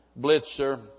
Blitzer